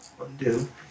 Undo